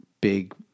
big